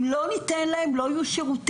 אם לא ניתן להם לא יהיו שירותים,